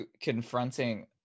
confronting –